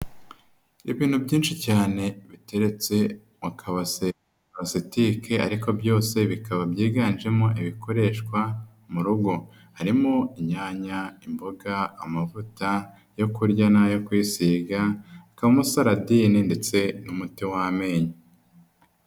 Ibintu byinshi cyane biteretse mu kabase ka parasitike ariko byose bikaba byiganjemo ibikoreshwa mu rugo. Harimo inyanya, imboga, amavuta yo kurya n'ayo kuyisiga, hakabamo sadine ndetse umuti w' amenyo.